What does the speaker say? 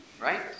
Right